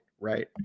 right